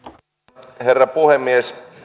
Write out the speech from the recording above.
arvoisa herra puhemies